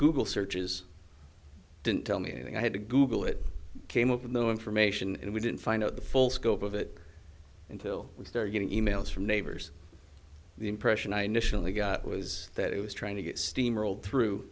google searches didn't tell me anything i had to google it came up with no information and we didn't find out the full scope of it until we started getting e mails from neighbors the impression i got was that it was trying to get steamrolled through